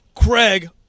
Craig